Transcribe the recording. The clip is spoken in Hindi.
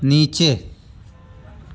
नीचे